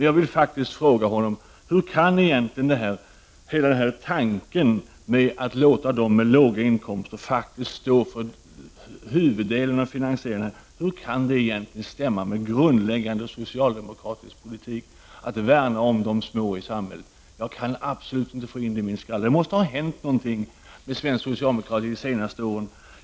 Jag vill fråga Bo Forslund: Hur är det egentligen med tanken att man skall låta dem som har låga inkomster stå för huvuddelen av finansieringen? Hur kan det egentligen stämma överens med grundläggande socialdemokratisk politik — att värna om de små i samhället? Jag kan absolut inte få in det i mitt huvud. Det måste ha hänt någonting med svensk socialdemokrati under de senaste åren.